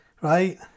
right